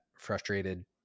frustrated